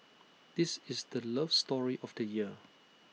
this is the love story of the year